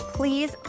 Please